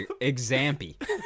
exampy